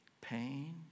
pain